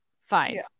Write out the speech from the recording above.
Fine